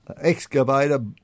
excavator